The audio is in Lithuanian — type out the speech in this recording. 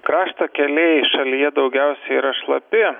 krašto keliai šalyje daugiausia yra šlapi